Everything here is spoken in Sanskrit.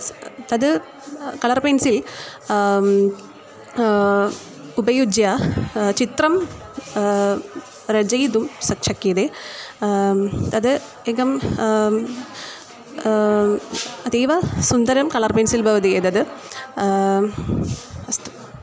तद् कळर् पेन्सिल् उपयुज्य चित्रं रचयितुं शक्यते शक्यते तद् एकम् अतीव सुन्दरं कळर् ॰ पेन्सिल् भवति एतद् अस्तु